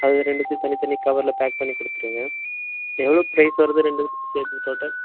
அது ரெண்டுத்தையும் தனி தனி கவரில் பேக் பண்ணி கொடுத்துடுங்க எவ்வளோ ப்ரைஸ் வருது ரெண்டுத்துக்கும் சேர்த்து டோட்டல்